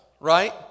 right